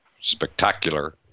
spectacular